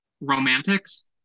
romantics